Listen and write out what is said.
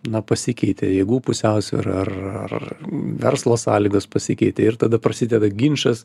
na pasikeitė jėgų pusiausvyra ar ar verslo sąlygos pasikeitė ir tada prasideda ginčas